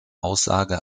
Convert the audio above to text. aussage